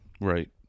Right